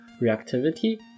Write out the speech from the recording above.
reactivity